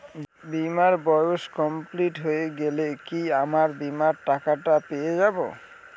বীমার বয়স কমপ্লিট হয়ে গেলে কি আমার বীমার টাকা টা পেয়ে যাবো?